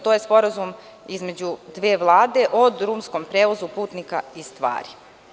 To je sporazum između dve vlade o drumskom prevozu putnika i stvari.